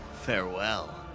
Farewell